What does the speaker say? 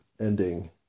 ending